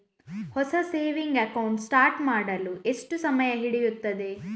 ಹೊಸ saving account start ಮಾಡಲು ಎಷ್ಟು ಸಮಯ ಹಿಡಿಯುತ್ತದೆ?